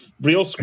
Real